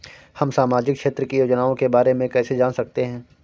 हम सामाजिक क्षेत्र की योजनाओं के बारे में कैसे जान सकते हैं?